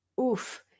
oof